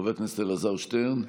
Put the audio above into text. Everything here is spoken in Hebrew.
חבר הכנסת אלעזר שטרן,